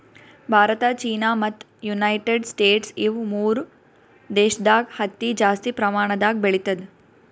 ಭಾರತ ಚೀನಾ ಮತ್ತ್ United States ಇವ್ ಮೂರ್ ದೇಶದಾಗ್ ಹತ್ತಿ ಜಾಸ್ತಿ ಪ್ರಮಾಣದಾಗ್ ಬೆಳಿತದ್